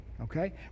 okay